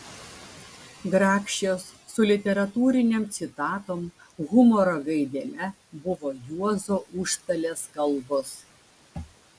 grakščios su literatūrinėm citatom humoro gaidele buvo juozo užstalės kalbos